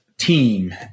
Team